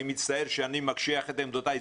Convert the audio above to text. אני מצטער שאני מקשיח את עמדותיי.